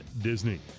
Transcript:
Disney